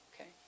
Okay